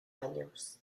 años